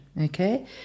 okay